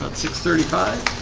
six thirty five